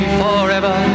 forever